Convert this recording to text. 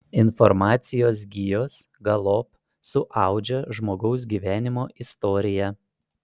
informacijos gijos galop suaudžia žmogaus gyvenimo istoriją